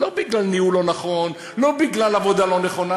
לא בגלל ניהול לא נכון, לא בגלל עבודה לא נכונה.